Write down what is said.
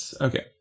Okay